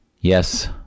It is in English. Yes